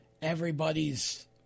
everybody's